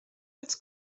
als